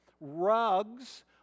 rugs